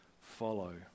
follow